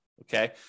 Okay